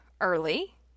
early